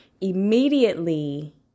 immediately